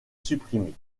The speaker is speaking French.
supprimée